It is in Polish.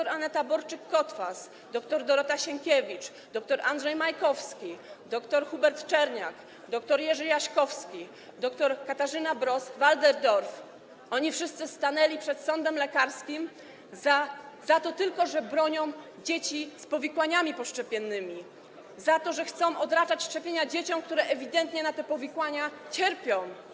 Dr Aneta Borczyk-Kotwas, dr Dorota Sienkiewicz, dr Andrzej Majkowski, dr Hubert Czerniak, dr Jerzy Jaśkowski, dr Katarzyna Bross-Walderdorff - oni wszyscy stanęli przed sądem lekarskim za to tylko, że bronią dzieci z powikłaniami poszczepiennymi, za to, że chcą odraczać szczepienia dzieciom, które ewidentnie na te powikłania cierpią.